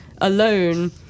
alone